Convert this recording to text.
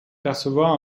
percevoir